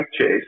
Chase